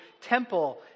temple